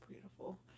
beautiful